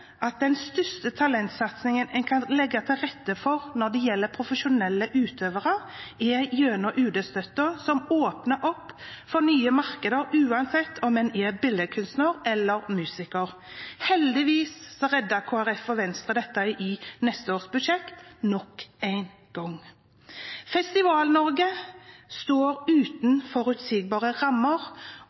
den største talentsatsingen en kan legge til rette for nå det gjelder profesjonelle utøvere, er gjennom UD-støtten, som åpner opp for nye markeder, uansett om en er billedkunstner eller musiker. Heldigvis reddet Kristelig Folkeparti og Venstre dette i neste års budsjett, nok en gang. Festival-Norge står uten forutsigbare rammer